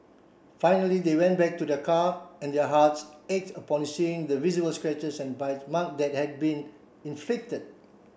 finally they went back to their car and their hearts ached upon seeing the visible scratches and bite that had been inflicted